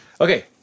okay